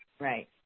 Right